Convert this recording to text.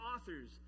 authors